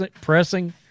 pressing